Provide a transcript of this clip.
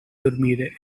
dormire